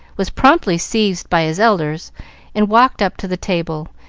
was promptly seized by his elders and walked up to the table,